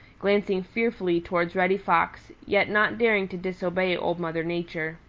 glancing fearfully towards reddy fox, yet not daring to disobey old mother nature.